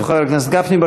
איפה חבר הכנסת גפני?